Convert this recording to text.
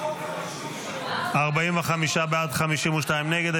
45 בעד, 52 נגד.